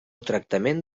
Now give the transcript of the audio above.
tractament